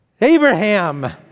Abraham